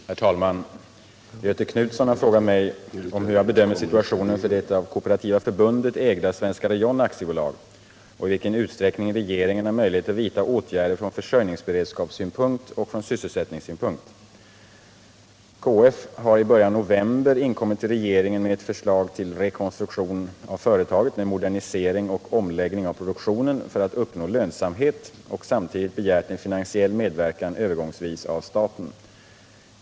Herr talman! Göthe Knutson har frågat mig om hur jag bedömer situationen för det av Kooperativa förbundet ägda Svenska Rayon AB och i vilken utsträckning regeringen har möjlighet att vidta åtgärder från försörjningsberedskapssynpunkt och från sysselsättningssynpunkt. KF har i början av november inkommit till regeringen med ett förslag till rekonstruktion av företaget med modernisering och omläggning av produktionen för att uppnå lönsamhet och samtidigt begärt en övergångsvis finansiell medverkan av staten.